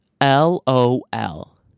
L-O-L